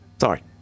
Sorry